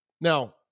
Now